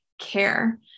care